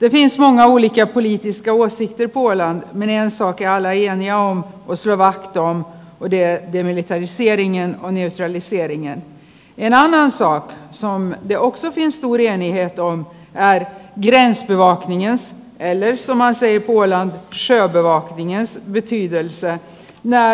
mökin sauna like mietiskevasti tipoillaan miniän sokea leijonia osia varttoo video ylittää sievin ja onnen selvisi äidin ja elämä saa samme johtajisto wieniäton päivä kirjeen sävy on linjassa ellei samaa se ei puolla on se joka on yksimielinen